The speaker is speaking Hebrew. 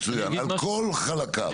מצוין, על כל חלקיו.